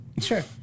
Sure